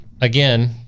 again